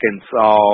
Arkansas